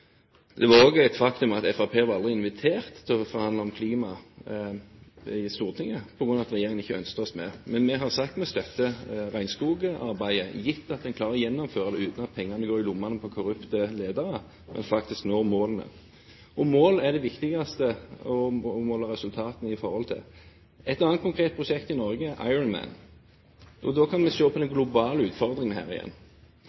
Det var også et faktum at Fremskrittspartiet aldri ble invitert til å forhandle om klima i Stortinget på grunn av at regjeringen ikke ønsket oss med. Men vi har sagt at vi støtter regnskogarbeidet, gitt at en klarer å gjennomføre det uten at pengene går i lommene på korrupte ledere, men at en faktisk når målene. Mål er det viktigste å måle resultatene i forhold til. Et annet konkret prosjekt i Norge er Ironman. Da kan vi se på den